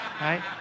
right